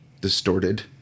distorted